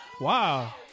Wow